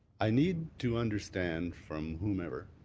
i need to understand from whomever